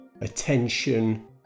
attention